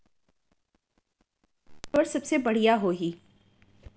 खेत म कोन खाद ला डाले बर सबले बढ़िया होही?